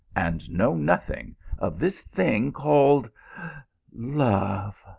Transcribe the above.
and know nothing of this thing called love.